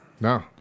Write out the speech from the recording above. No